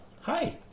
Hi